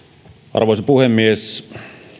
arvoisa puhemies